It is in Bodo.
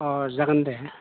अ जागोन दे